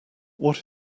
what